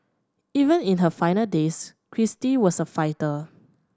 even in her final days Kristie was a fighter